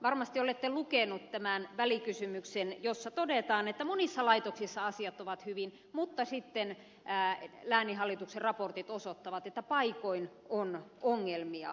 varmasti olette lukenut tämän välikysymyksen jossa todetaan että monissa laitoksissa asiat ovat hyvin mutta sitten lääninhallituksen raportit osoittavat että paikoin on ongelmia